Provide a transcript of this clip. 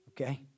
Okay